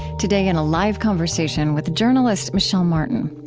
today in a live conversation with journalist michel martin.